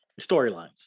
storylines